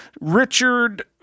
Richard